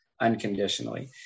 unconditionally